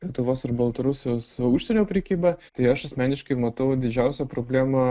lietuvos ir baltarusijos užsienio prekybą tai aš asmeniškai matau didžiausią problemą